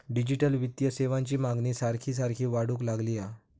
digital वित्तीय सेवांची मागणी सारखी सारखी वाढूक लागली हा